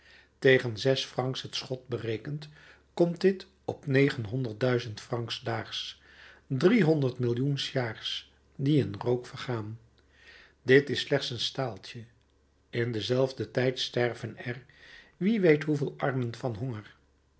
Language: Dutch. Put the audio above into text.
tegen zes francs het schot berekend komt dit op negenhonderd duizend francs daags driehonderd millioen s jaars die in rook vergaan dit is slechts een staaltje in denzelfden tijd sterven er wie weet hoeveel armen van honger